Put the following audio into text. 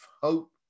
hope